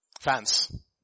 Fans